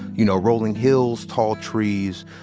you know, rolling hills, tall trees,